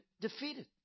defeated